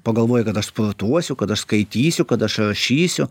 pagalvoji kad aš sportuosiu kada skaitysiu kad aš rašysiu